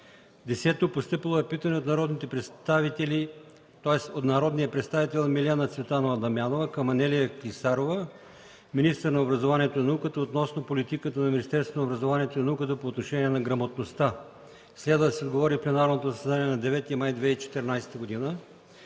г. 10. Постъпило е питане от народния представител Милена Цветанова Дамянова към Анелия Клисарова – министър на образованието и науката, относно политиката на Министерството на образованието и науката по отношение на грамотността. Следва да се отговори в пленарното заседание на 9 май 2014 г.